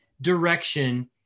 direction